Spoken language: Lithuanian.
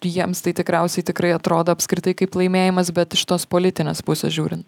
jiems tai tikriausiai tikrai atrodo apskritai kaip laimėjimas bet iš tos politinės pusės žiūrint